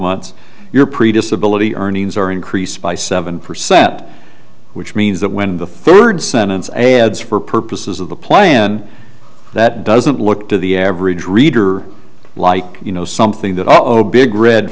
months your previous ability earnings are increased by seven percent which means that when the third sentence a adds for purposes of the plan that doesn't look to the average reader like you know something that